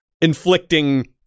inflicting